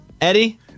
Eddie